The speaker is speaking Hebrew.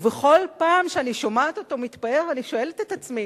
ובכל פעם שאני שומעת אותו מתפאר אני שואלת את עצמי,